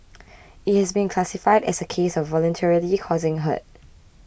it has been classified as a case of voluntarily causing hurt